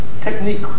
technique